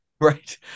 Right